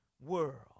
world